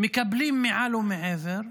מקבלים מעל ומעבר,